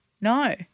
No